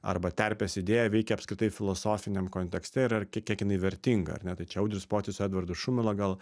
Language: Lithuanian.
arba terpės idėja veikia apskritai filosofiniam kontekste ir kiek jinai vertinga ar ne tai čia audrius pocius su edvardu šumila gal